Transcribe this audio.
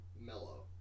mellow